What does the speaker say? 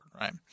right